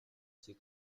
ses